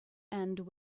end